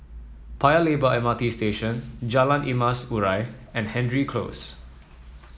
Paya Lebar M R T Station Jalan Emas Urai and Hendry Close